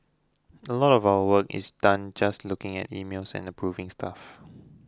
a lot of our work is done just looking at emails and approving stuff